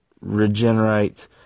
regenerate